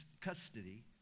custody